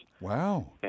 Wow